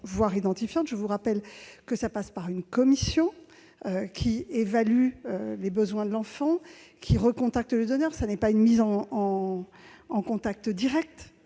voire identifiantes. Je le rappelle, c'est une commission qui évalue les besoins de l'enfant et qui recontacte les donneurs. Il n'y a pas de mise en contact direct.